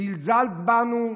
זלזלת בנו,